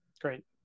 Great